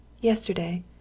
Yesterday